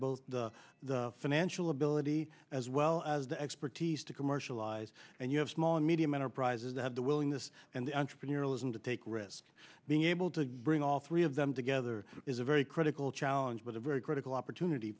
both the financial ability as well as the expertise to commercialize and you have small and medium enterprises that have the willingness and entrepreneurialism to take risks being able to bring all three of them together is a very critical challenge but a very critical opportunity